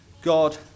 God